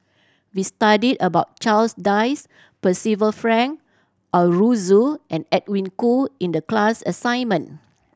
we studied about Charles Dyce Percival Frank Aroozoo and Edwin Koo in the class assignment